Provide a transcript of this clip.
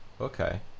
Okay